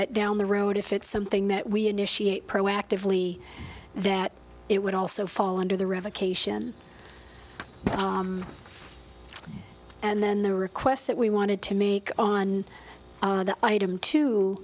that down the road if it's something that we initiate proactively that it would also fall under the revocation and then the request that we wanted to make on the item to